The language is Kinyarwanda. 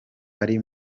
ari